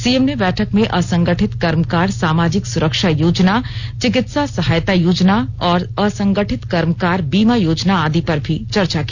CM ने बैठक में असंगठित कर्मकार सामाजिक सुरक्षा योजना चिकित्सा सहायता योजना और असंगठित कर्मकार बीमा योजना आदि पर भी चर्चा की